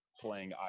playing